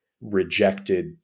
rejected